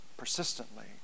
persistently